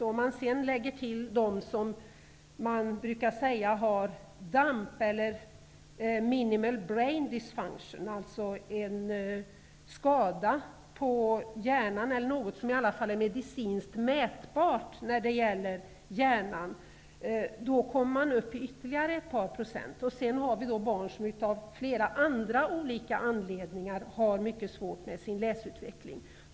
Om man sedan lägger till de barn som man brukar säga har dump eller minimal brain disfunction, alltså en skada på hjärnan, i alla fall något som är medicinskt mätbart när det gäller hjärnan, kommer man upp i ytterligare ett par procent. Sedan har vi de barn som av flera andra olika anledningar har mycket svårt med sin läsutveckling.